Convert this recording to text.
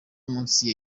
munsi